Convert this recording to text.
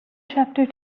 chapter